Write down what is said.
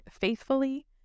faithfully